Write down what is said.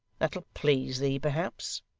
that'll please thee perhaps